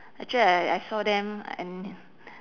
actually I I saw them and